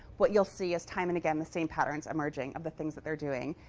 what you'll see is time and again, the same patterns emerging of the things that they're doing.